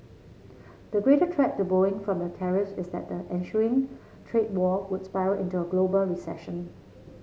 the greater threat to Boeing from the tariffs is that the ensuing trade war would spiral into a global recession